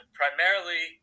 primarily